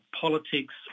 politics